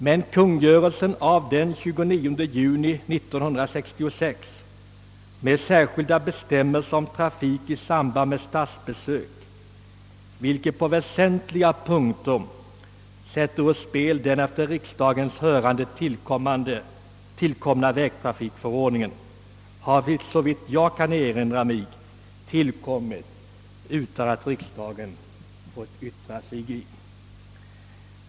Men kungörelsen av den 29 juni 1966 med särskilda bestämmelser om trafik i samband med statsbesök, vilken på väsentliga punkter sätter den efter riksdagens hörande tillkomna vägtrafikförordningen ur spel, har såvitt jag kan erinra mig kommit till utan att riksdagen fått yttra sig.